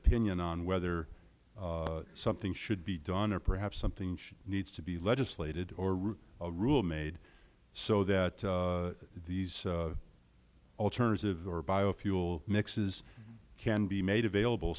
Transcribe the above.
opinion on whether something should be done and perhaps something needs to be legislated or a rule made so that these alternative or biofuel mixes can be made available